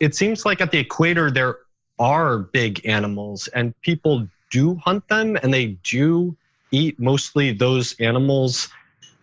it seems like at the equator there are big animals, and people do hunt them and they do eat mostly those animals